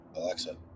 Alexa